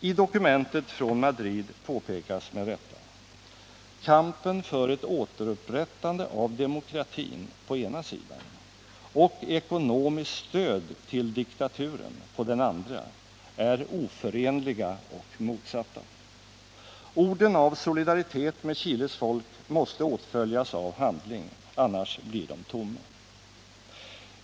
I dokumentet från Madrid påpekas med rätta: ”Kampen för ett återupprättande av demokratin, på ena sidan, och ekonomiskt stöd till diktaturen, på den andra, är oförenliga och motsatta.” Orden av solidaritet med Chiles folk måste åtföljas av handling, annars blir de tomma.